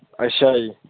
ਅੱਛਾ ਜੀ